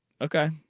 okay